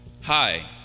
Hi